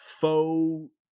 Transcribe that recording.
faux